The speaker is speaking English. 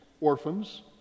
orphans